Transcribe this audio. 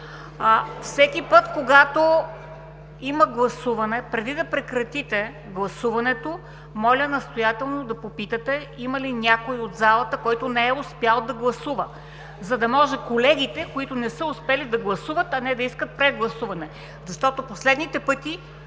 всеки път когато има гласуване, преди да прекратите гласуването, моля, настоятелно да попитате има ли някой от залата, който не е успял да гласува, за да може колегите, които не са успели – да гласуват, а не да искат прегласуване. Последните пъти